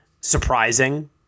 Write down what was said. surprising